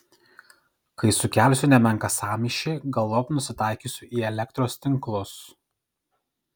kai sukelsiu nemenką sąmyšį galop nusitaikysiu į elektros tinklus